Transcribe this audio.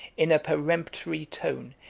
in a peremptory tone,